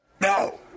No